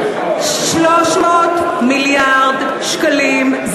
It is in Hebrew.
300 מיליארד שקלים,